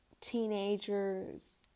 teenagers